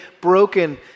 broken